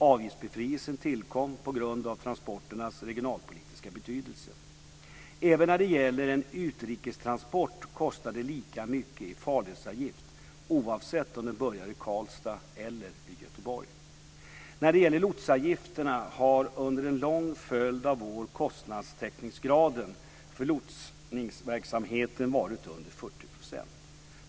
Avgiftsbefrielsen tillkom på grund av transporternas regionalpolitiska betydelse. Även när det gäller en utrikestransport kostar det lika mycket i farledsavgift oavsett om den börjar i Karlstad eller i Göteborg. När det gäller lotsavgifterna har under en lång följd av år kostnadstäckningsgraden för lotsningsverksamheten varit under 40 %.